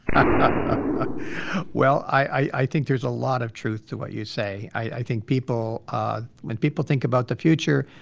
ah well, i think there's a lot of truth to what you say. i think people when people think about the future,